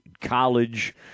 college